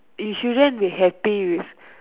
you shouldn't be happy with